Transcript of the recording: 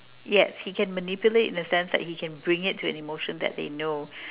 yes he can manipulate in the sense that he can bring it to an emotion that they know